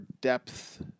depth